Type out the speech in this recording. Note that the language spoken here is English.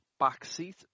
Backseat